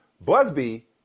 Busby